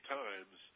times